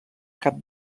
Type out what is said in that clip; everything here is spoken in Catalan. cap